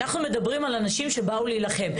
אנחנו מדברים על אנשים שבאו להילחם.